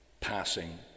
passing